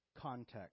context